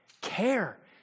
care